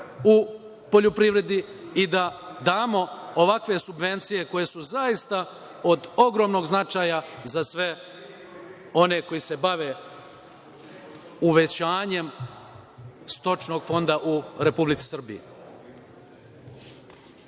u poljoprivredi i da damo ovakve subvencije koje su zaista od ogromnog značaja za sve one koji se bave uvaćanjem stočnog fonda u Republici Srbiji. Ja